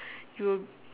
you will